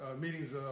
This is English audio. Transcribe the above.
meetings